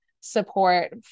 support